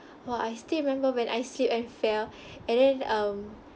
!wah! I still remember when I slipped and fell and then um